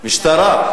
משטרה.